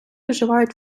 вживають